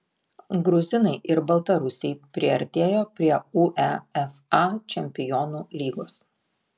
gruzinai ir baltarusiai priartėjo prie uefa čempionų lygos